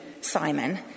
Simon